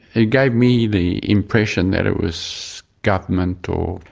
it gave me the impression that it was government or,